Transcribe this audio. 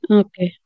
okay